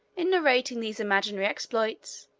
in narrating these imaginary exploits,